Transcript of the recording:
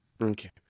Okay